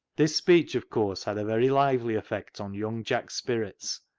this speech, of course, had a very lively effect on young jack's spirits,